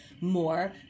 more